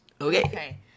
Okay